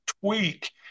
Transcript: tweak